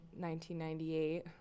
1998